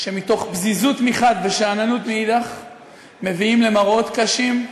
שמתוך פזיזות מחד גיסא ושאננות מאידך גיסא מביאים למראות קשים,